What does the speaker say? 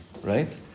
right